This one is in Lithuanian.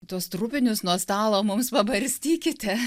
tuos trupinius nuo stalo mums pabarstykite